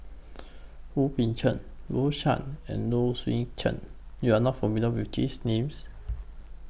Wu Peng Seng Rose Chan and Low Swee Chen YOU Are not familiar with These Names